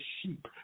sheep